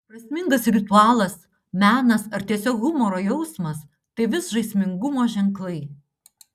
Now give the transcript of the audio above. prasmingas ritualas menas ar tiesiog humoro jausmas tai vis žaismingumo ženklai